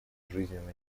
жизненно